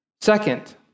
Second